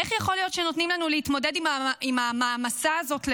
איך יכול להיות שנותנים לנו להתמודד עם המעמסה הזאת לבד?